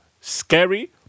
Scary